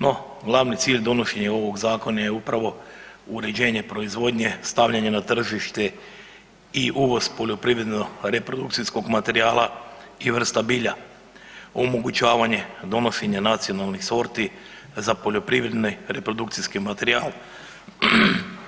No, glavni cilj donošenje ovog zakona je upravo uređenje proizvodnje, stavljanje na tržište i uvoz poljoprivrednog reprodukcijskog materijala i vrsta bilja, omogućavanje, donošenje nacionalnih sorti za poljoprivredni reprodukcijski materijal